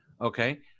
Okay